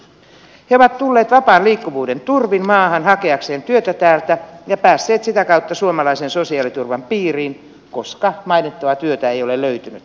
he ovat tulleet vapaan liikkuvuuden turvin maahan hakeakseen työtä täältä ja päässeet sitä kautta suomalaisen sosiaaliturvan piiriin koska mainittavaa työtä ei ole löytynyt